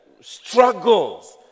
struggles